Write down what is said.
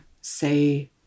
say